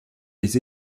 les